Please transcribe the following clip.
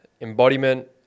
embodiment